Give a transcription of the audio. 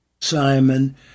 Simon